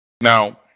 Now